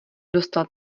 dostal